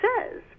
says